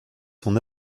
son